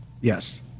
Yes